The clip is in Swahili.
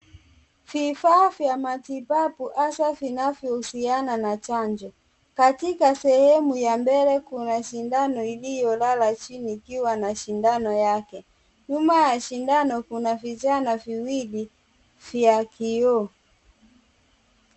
Vifaa vya matibabu hasa vinavyohusiana na chanjo. Katika sehemu ya mbele kuna sindano iliyolala chini ikiwa na sindano yake. Nyuma ya sindano kuna vichana viwili vya kioo.